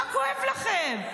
מה כואב לכם?